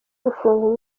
gufungwa